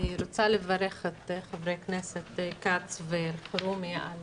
אני רוצה לברך את חברי הכנסת כץ ואלחרומי על